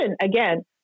again